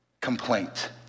complaint